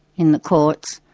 in the courts.